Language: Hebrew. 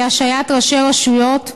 כהשעיית ראשי רשויות,